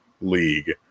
League